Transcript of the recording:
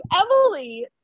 Emily